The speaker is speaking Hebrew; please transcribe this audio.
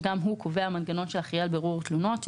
שגם הוא קובע מנגנון של אחראי על בירור תלונות.